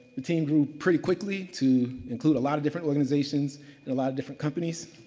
the team grew pretty quickly to include a lot of different organizations and a lot of different companies.